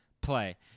play